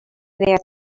there